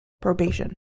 Probation